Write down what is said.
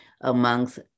amongst